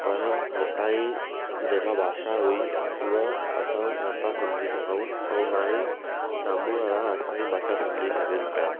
पर हुतां जी जेका भाषा हुई उहा असां न पिया सम्झी सघऊं ऐं ना ई साम्हूं वारा असांजी भाषा सम्झी सघनि पिया